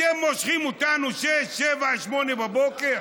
אתם מושכים אותנו עד 06:00, 07:00, 08:00 בבוקר?